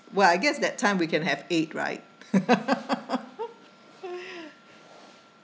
well I guess that time we can have eight right